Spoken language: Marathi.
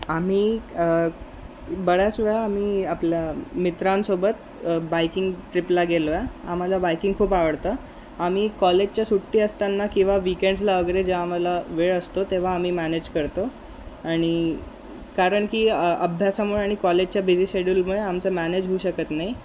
आम्ही बऱ्यास वेळा आम्ही आपल्या मित्रांसोबत बायकिंग ट्र्रीपला गेलो आहे आम्हाला बायकिंग खूप आवडतं आम्ही कॉलेजच्या सुट्टी असताना किंवा वीकेंड्सला वगैरे जेव्हा आम्हाला वेळ असतो तेव्हा आम्ही मॅनेज करतो आणि कारण की अभ्यासामुळे आणि कॉलेजच्या बिझी शेड्युलमुळे आमचं मॅनेज होऊ शकत नाही